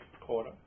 Quarter